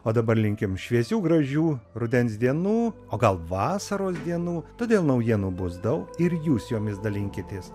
o dabar linkim šviesių gražių rudens dienų o gal vasaros dienų todėl naujienų bus daug ir jūs jomis dalinkitės